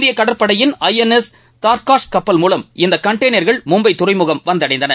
இந்திய கடற்படையின் ஐஎன்எஸ் தர்கஷ் கப்பல் மூலம் இந்த கண்டெய்னர்கள் மும்பை துறைமுகம் வந்தடைந்தன